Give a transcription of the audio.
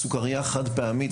סוכרייה חד פעמית,